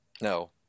No